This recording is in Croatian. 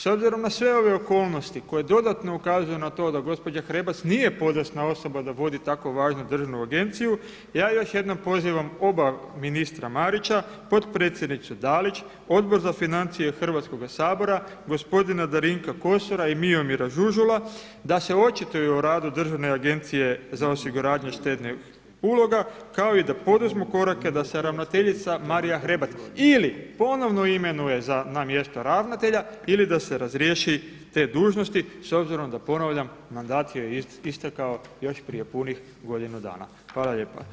S obzirom na sve ove okolnosti koje dodatno ukazuju na to da gospođa Hrebac nije podesna osoba da vodi tako važnu državnu agenciju, ja još jednom pozivam oba ministra Marića, potpredsjednicu Dalić, Odbor za financije Hrvatskoga sabora, gospodina Darinka Kosora i Miomira Žužula da se očituju o radu Državne agencije za osiguranje štednih uloga kao i da poduzmu korake da se ravnateljica Marija Hrebac ili ponovno imenuje na mjesto ravnatelja ili da se razriješi te dužnosti s obzirom da ponavljam mandat joj je istekao još prije punih godinu dana.